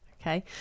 Okay